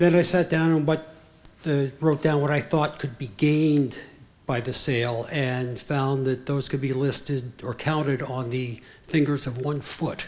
then i set down but the wrote down what i thought could be gamed by the sale and found that those could be listed or counted on the fingers of one foot